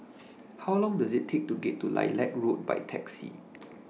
How Long Does IT Take to get to Lilac Road By Taxi